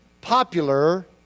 popular